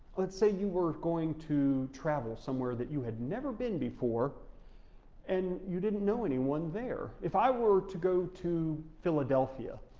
let's say you were going to travel somewhere that you had never been before and you didn't know anyone there. if i were to go to philadelphia,